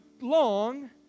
long